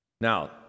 Now